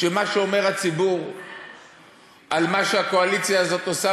שמה שאומר הציבור על מה שהקואליציה הזאת עושה